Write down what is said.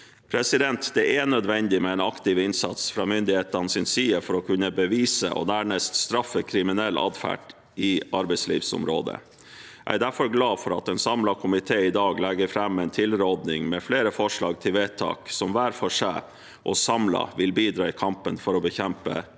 Det er nødvendig med en aktiv innsats fra myndighetenes side for å kunne bevise og dernest straffe kriminell adferd på arbeidslivsområdet. Jeg er derfor glad for at en samlet komité i dag legger fram en tilråding med flere forslag til vedtak, som hver for seg og samlet vil bidra i kampen for å bekjempe